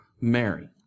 Mary